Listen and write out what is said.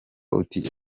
uti